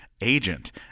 agent